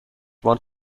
want